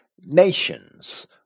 nations